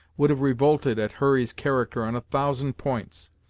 would have revolted at hurry's character on a thousand points,